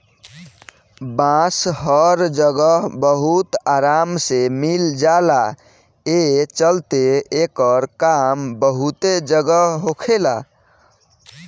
बांस हर जगह बहुत आराम से मिल जाला, ए चलते एकर काम बहुते जगह होखेला